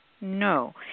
No